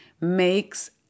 makes